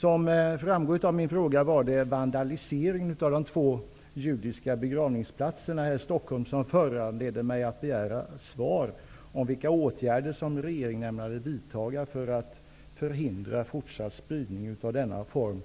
Som framgår av min fråga var det vandaliseringen av de två judiska begravningsplatserna här i Stockholm som föranledde mig att begära svar på vilka åtgärder regeringen ämnade vidta för att förhindra fortsatt spridning av denna form